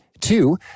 two